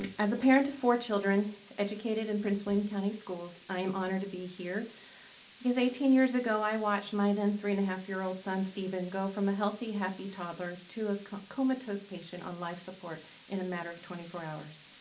as a parent of four children educated in prince william county schools, i am honored to be here because eighteen years ago i watched my then three and a half year old son stephen go from a healthy, happy toddler, to a comatose patient on life support in a matter of twenty four hours.